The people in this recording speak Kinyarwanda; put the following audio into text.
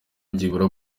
byibura